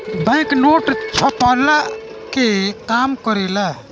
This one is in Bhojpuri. बैंक नोट छ्पला के काम करेला